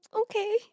Okay